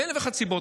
מאלף ואחת סיבות,